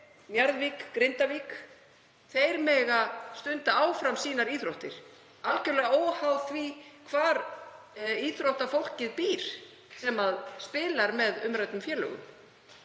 Njarðvík og Grindavík mega stunda áfram sínar íþróttir, algerlega óháð því hvar íþróttafólkið býr sem spilar með umræddum félögum.